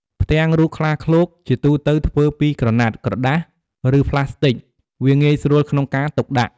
ផ្ទាំងរូបខ្លាឃ្លោកជាទូទៅធ្វើពីក្រណាត់ ក្រដាស ឬប្លាស្ទិកវាងាយស្រួលក្នុងការទុកដាក់។